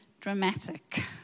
dramatic